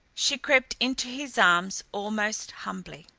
she crept into his arms almost humbly.